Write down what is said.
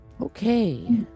Okay